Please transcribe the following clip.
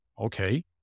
okay